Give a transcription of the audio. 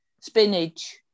spinach